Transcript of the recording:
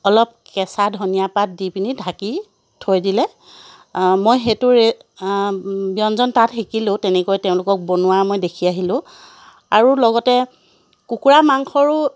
অলপ কেঁচা ধনিয়া পাত দি পিনি ঢাকি থৈ দিলে মই সেইটোৰে ব্যঞ্জন তাত শিকিলোঁ তেনেকৈ তেওঁলোকক বনোৱা মই দেখি আহিলোঁ আৰু লগতে কুকুৰা মাংসৰো